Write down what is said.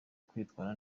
kwitwara